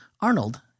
Arnold